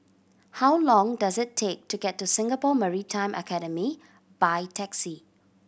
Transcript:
how long does it take to get to Singapore Maritime Academy by taxi